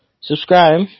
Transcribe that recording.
subscribe